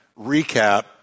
recap